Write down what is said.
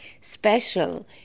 special